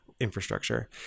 infrastructure